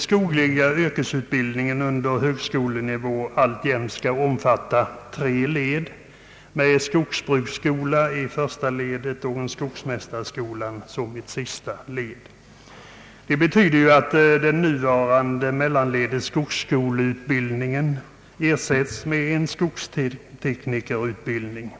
skogliga yrkesutbildningen på högskolenivå alltjämt skall omfatta tre led, med en skogsbruksskola i första ledet och en skogsmästarskola som sista led. Det nuvarande mellanledet, skogsskoleutbildningen, ersätts med skogsteknikerutbildning.